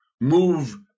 move